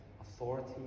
authority